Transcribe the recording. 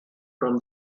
from